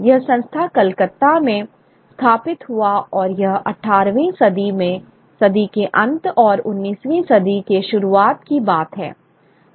यह संस्था कलकत्ता में स्थापित हुआ और यह 18 वीं सदी के अंत और 19वीं सदी के शुरुआत की बात है